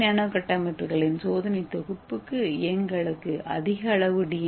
ஏ nano கட்டமைப்புகளின் சோதனை தொகுப்புக்கு எங்களுக்கு அதிக அளவு டி